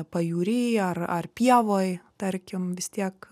pajūry ar ar pievoj tarkim vistiek